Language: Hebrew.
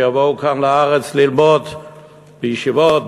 שיבואו לארץ ללמוד בישיבות,